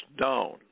down